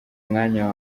mwanya